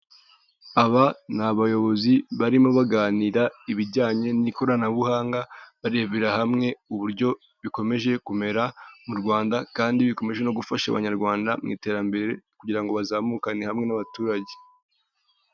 Aba ni abayobozi barimo baganira ibijyanye n'ikoranabuhanga, barebera hamwe uburyo bikomeje kumera mu Rwanda, kandi bikomeje no gufasha abanyarwanda mu iterambere, kugira ngo bazamukane hamwe n'abaturage.